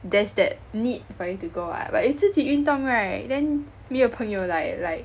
there's that need for you to go [what] but 你自己运动 right then 没有朋友 like like